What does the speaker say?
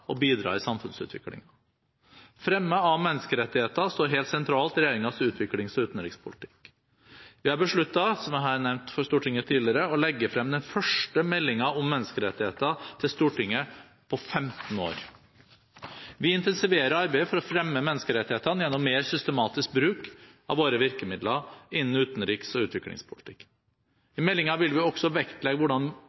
og bidra i samfunnsutviklingen. Fremme av menneskerettigheter står helt sentralt i regjeringens utviklings- og utenrikspolitikk. Vi har besluttet – som jeg har nevnt for Stortinget tidligere – å legge frem den første meldingen om menneskerettigheter til Stortinget på 15 år. Vi intensiverer arbeidet for å fremme menneskerettighetene gjennom mer systematisk bruk av våre virkemidler innen utenriks- og utviklingspolitikk.